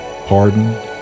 pardon